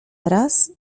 raz